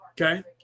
Okay